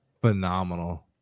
Phenomenal